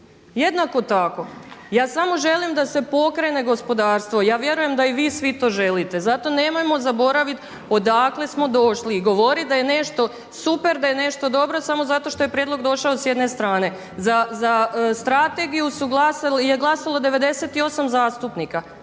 jednako tako. Ja samo želim da se pokrene gospodarstvo. Ja vjerujem da i vi svi to želite zato nemojmo zaboravit odakle smo došli i govorit da je nešto super, da je nešto dobro samo zato što je prijedlog došao s jedne strane. Za strategiju su glasali, je glasalo 98 zastupnika.